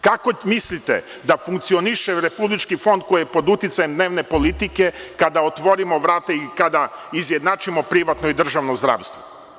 Kako mislite da funkcioniše Republički fond koji je pod uticajem dnevne politike, kada otvorimo vrata i kada izjednačimo privatno i državno zdravstvo?